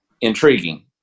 intriguing